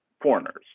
foreigners